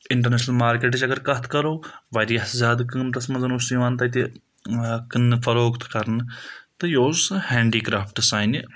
international مارکیٹٕچ اگر کَتھ کَرو واریاہ زیادٕ قۭمتَس منٛز اوس یِوان تَتہِ کٕنہٕ فروقت تہٕ کَرنہٕ تہٕ یہِ اوس سُہ ہینٛڈی کرٛافٹہٕ سانہِ